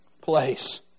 place